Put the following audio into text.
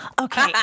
Okay